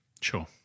Sure